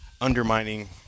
undermining